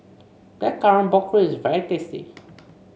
Blackcurrant Pork Ribs is very tasty